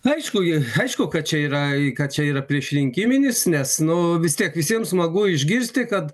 aišku ji aišku kad čia yra kad čia yra priešrinkiminis nes nu vis tiek visiems smagu išgirsti kad